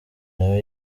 nawe